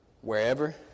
wherever